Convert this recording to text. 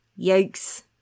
Yikes